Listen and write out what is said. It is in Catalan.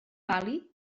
vàlid